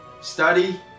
study